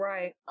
Right